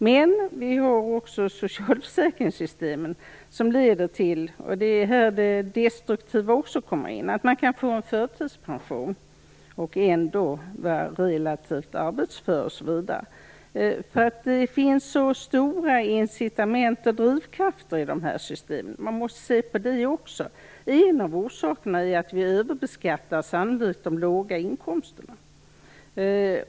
Men vi har också socialförsäkringssystem - det är här det destruktiva kommer in - som leder till att man kan få förtidspension och ändå vara relativt arbetsför. Det finns så stora incitament och drivkrafter i dessa system. Man måste se på det också. En av orsakerna är sannolikt att vi överbeskattar de låga inkomsterna.